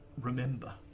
Remember